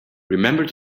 remember